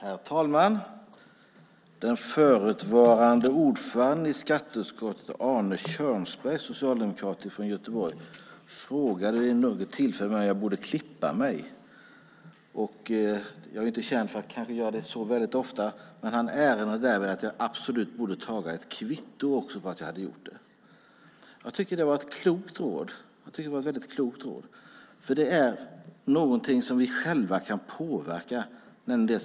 Herr talman! Den förutvarande ordföranden i skatteutskottet socialdemokraten Arne Kjörnsberg från Göteborg frågade vid något tillfälle när jag skulle klippa mig. Jag är kanske inte känd för att göra det så väldigt ofta, men han erinrade mig om att jag absolut borde ta ett kvitto på att jag hade gjort det. Jag tycker att det var ett klokt råd, för detta är någonting som vi själva kan påverka.